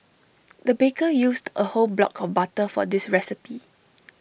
the baker used A whole block of butter for this recipe